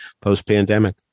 post-pandemic